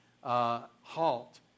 HALT